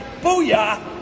Booyah